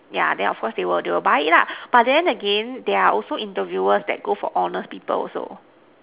yeah then of course they will they will buy lah but then again there are also interviewers that go for honest people also